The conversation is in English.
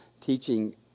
teaching